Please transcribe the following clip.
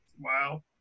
wow